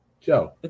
Joe